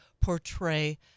portray